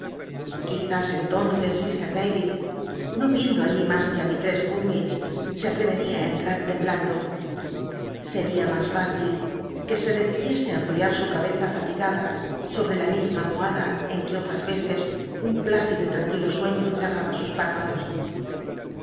tonces ik david no viendo allí mas que ú mistl'ess gummidge se atrevctia i enll'at temblando seria mas fáci l qllc se decidiese á apoyar su cabeza fatigada sobte la misma almobada en que otras yeces un phícido y tranquilo sueño cenaba sus